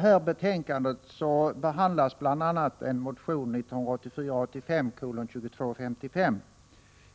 I detta betänkande behandlas bl.a. motion 1984/85:2255,